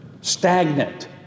stagnant